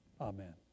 amen